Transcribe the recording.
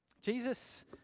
Jesus